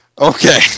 Okay